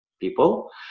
people